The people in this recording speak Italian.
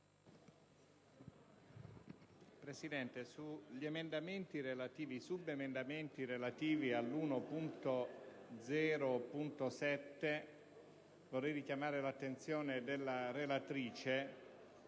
Presidente, sui subemendamenti relativi all'emendamento 1.0.7 vorrei richiamare l'attenzione della relatrice,